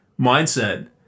mindset